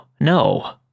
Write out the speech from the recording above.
No